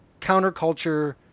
counterculture